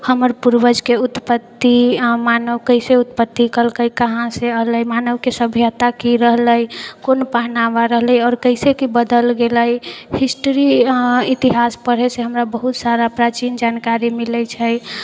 हमर पूर्वजके उत्पत्ति आओर मानव कइसे उत्पत्ति केलकै कहाँसँ अएलै मानवके सभ्यता की रहलै कोन पहनावा रहलै आओर कइसे की बदलि गेलै हिस्ट्री इतिहास पढ़ैसँ हमरा बहुत सारा प्राचीन जानकारी मिलै छै